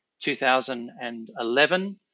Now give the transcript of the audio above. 2011